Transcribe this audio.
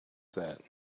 that